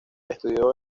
estudió